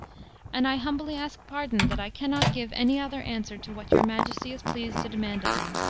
and i humbly ask pardon that i can not give any other answer to what your majesty is pleased to demand of me.